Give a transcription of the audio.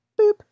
boop